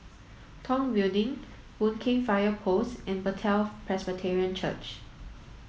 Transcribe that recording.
Tong Building Boon Keng Fire Post and Bethel Presbyterian Church